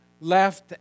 left